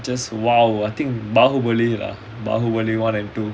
just !wow! I think பாகுபலி:baagubali lah பாகுபலி:baagubali one and two